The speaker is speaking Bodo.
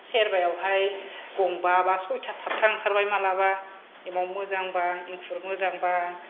सेरबायावहाय गंबा बा सयथा साथथा ओंखारबाय मालाबा एमाव मोजां बा इंखुर मोजांबा